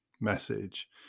message